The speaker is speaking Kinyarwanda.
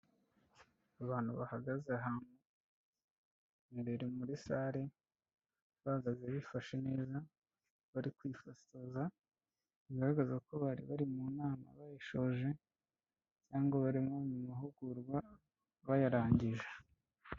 Abantu bahagaze imbere muri sale bahagaze bifashe neza bari kwifotoza bigaragaza ko bari bari mu nama bayishoje cyangwa barimo mu mahugurwa bayarangije.